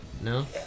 No